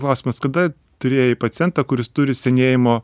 klausimas kada turėjai pacientą kuris turi senėjimo